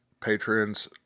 patrons